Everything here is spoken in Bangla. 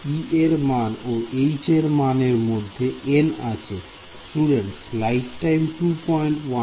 E এর মান ও H এর মান এর মধ্যে একটি η আছে